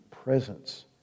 presence